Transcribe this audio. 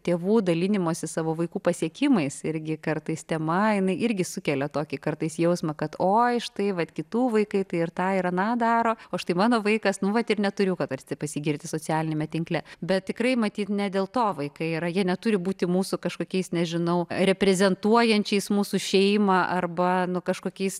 tėvų dalinimasis savo vaikų pasiekimais irgi kartais tema jinai irgi sukelia tokį kartais jausmą kad oi štai vat kitų vaikai tai ir tą ir aną daro o štai mano vaikas nu vat ir neturiu ką tarsi pasigirti socialiniame tinkle bet tikrai matyt ne dėl to vaikai yra jie neturi būti mūsų kažkokiais nežinau reprezentuojančiais mūsų šeimą arba kažkokiais